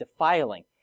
defiling